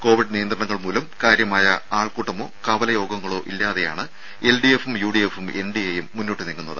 Covid നിയന്ത്രണങ്ങൾ മൂലം കാര്യമായ ആൾക്കൂട്ടമോ കവല യോഗങ്ങളോ ഇല്ലാതെയാണ് എൽഡിഎഫും യുഡിഎഫും എൻഡിഎ യും മുന്നോട്ട് നീങ്ങുന്നത്